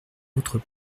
autres